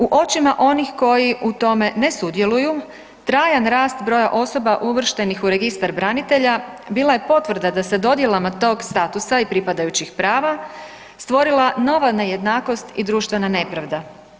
U očima onih koji u tome ne sudjeluju trajan rast broja osoba uvrštenih u Registar branitelja bila je potvrda da se dodjelama tog statusa i pripadajućih prava stvorila nova nejednakost i društvena nepravda.